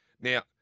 Now